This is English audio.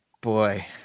Boy